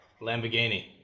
Lamborghini